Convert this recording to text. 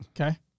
Okay